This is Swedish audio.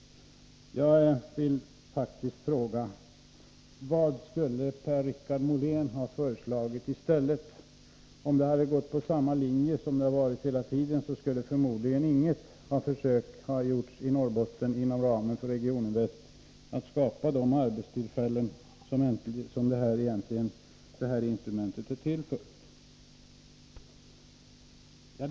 Jag vill faktiskt fråga: Vad skulle Per-Richard Molén ha föreslagit i stället? Om man hade gått på samma linje som tidigare skulle förmodligen inget försök ha gjorts i Norrbotten inom ramen för Regioninvest att skapa de arbetstillfällen som Regioninvest egentligen skall vara ett instrument för att åstadkomma.